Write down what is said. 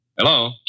Hello